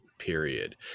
Period